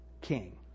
King